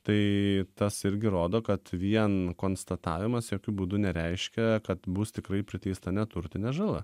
tai tas irgi rodo kad vien konstatavimas jokiu būdu nereiškia kad bus tikrai priteista neturtinė žala